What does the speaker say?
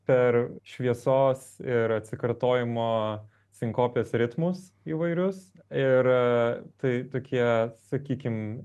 per šviesos ir atsikartojimo sinkopės ritmus įvairius ir tai tokie sakykim